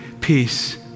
peace